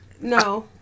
No